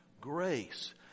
grace